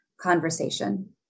conversation